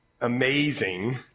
amazing